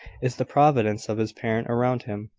is the providence of his parent around him,